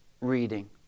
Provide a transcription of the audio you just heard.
reading